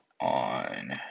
on